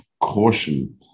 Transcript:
caution